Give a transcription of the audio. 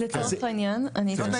זה תנאים אחרים ולא תנאים להסכמה.